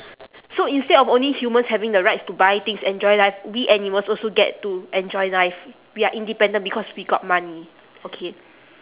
so instead of only humans having the rights to buy things enjoy life we animals also get to enjoy life we are independent because we got money okay